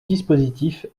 dispositif